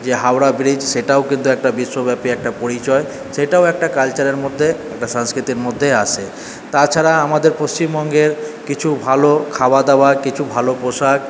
যে হাওড়া ব্রিজ সেটাও কিন্তু একটা বিশ্বব্যাপী একটা পরিচয় সেটাও একটা কালচারের মধ্যে সংস্কৃতির মধ্যে আসে তাছাড়া আমাদের পশ্চিমবঙ্গের কিছু ভালো খাওয়া দাওয়া কিছু ভালো পোশাক